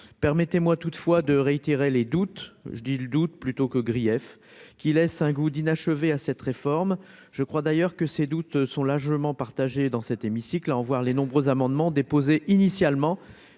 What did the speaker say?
permettez-moi toutefois de réitérer les doutes, je dis le doute plutôt que griefs qui laisse un goût d'inachevé à cette réforme, je crois d'ailleurs que ces doutes sont largement partagé dans cet hémicycle en voir les nombreux amendements déposés initialement